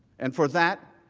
and for that,